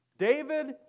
David